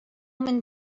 минь